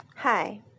Hi